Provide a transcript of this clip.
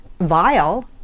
vile